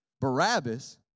Barabbas